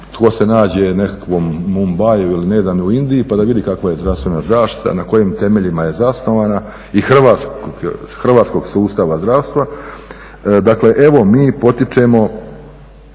tko se nađe u nekakvom Bombaiu ili nedavno u Indiji pa da vidi kakva je zdravstvena zaštita, na kojim temeljima je zasnovana i hrvatskog sustava zdravstva. Dakle evo, mi potičemo